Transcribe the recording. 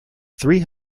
three